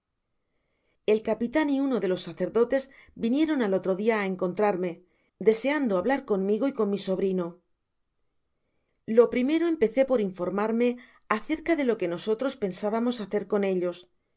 el capitan y uno de los sacerdotes vinieron al otro dia á encontrarme deseando hablar conmigo y con mi sobrino el primero empezó por informarse acerca de lo que nosotros pensábamos hacer con ellos